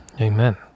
amen